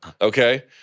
Okay